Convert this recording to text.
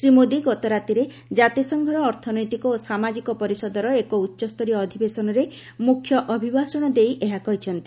ଶ୍ରୀ ମୋଦୀ ଗତ ରାତିରେ ଜାତିସଂଘର ଅର୍ଥନୈତିକ ଓ ସାମାଜିକ ପରିଷଦର ଏକ ଉଚ୍ଚସ୍ତରୀୟ ଅଧିବେଶନରେ ମୁଖ୍ୟ ଅଭିଭାଷଣ ଦେଇ ଏହା କହିଛନ୍ତି